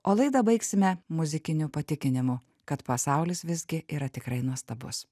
o laidą baigsime muzikiniu patikinimu kad pasaulis visgi yra tikrai nuostabus